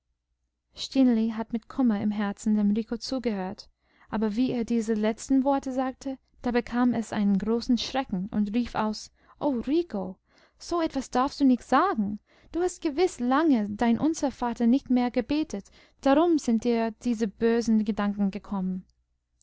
stineli hatte mit kummer im herzen dem rico zugehört aber wie er diese letzten worte sagte da bekam es einen großen schrecken und rief aus o rico so etwas darfst du gar nicht sagen du hast gewiß lange dein unser vater nicht mehr gebetet darum sind dir diese bösen gedanken gekommen